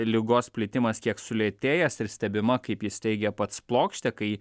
ligos plitimas kiek sulėtėjęs ir stebima kaip jis teigia pats plokštę kai